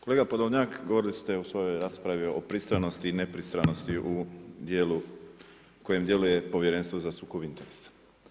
Kolega Podolnjak, govorili ste u svojoj raspravi o pristranosti i nepristranosti u djelu kojem djeluje Povjerenstvo za sukob interesa.